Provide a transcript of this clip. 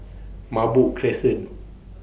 Merbok Crescent